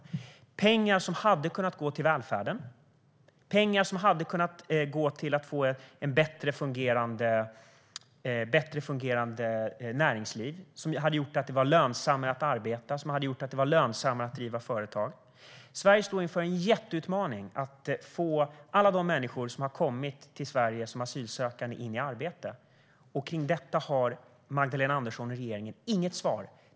Det är pengar som hade kunnat gå till välfärden. Det är pengar som hade kunnat gå till ett bättre fungerande näringsliv som hade gjort det lönsammare att arbeta och driva företag. Sverige står inför en jätteutmaning att få alla de människor som har kommit till Sverige som asylsökande in i arbete. När det gäller detta har Magdalena Andersson och regeringen inget svar.